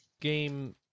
game